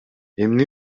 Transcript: эмне